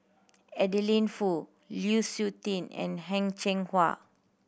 Adeline Foo Lu Suitin and Heng Cheng Hwa